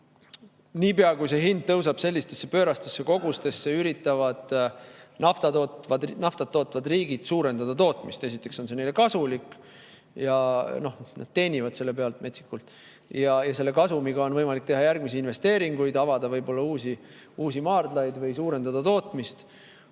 niipea kui see hind tõuseb sellistesse pöörastesse [kõrgustesse], üritavad naftat tootvad riigid suurendada tootmist. Esiteks on see neile kasulik, nad teenivad selle pealt metsikult. Ja selle kasumiga on võimalik teha järgmisi investeeringuid, avada uusi maardlaid või suurendada tootmist.